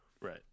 Right